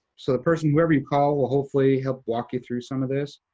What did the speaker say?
so the person, whoever you call, will hopefully help walk you through some of this.